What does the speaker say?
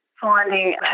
finding